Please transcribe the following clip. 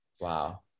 Wow